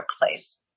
workplace